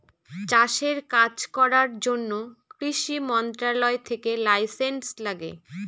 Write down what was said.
চাষের কাজ করার জন্য কৃষি মন্ত্রণালয় থেকে লাইসেন্স লাগে